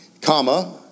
comma